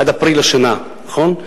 עד אפריל השנה, נכון?